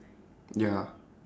ya